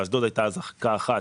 באשדוד הייתה אזעקה אחת.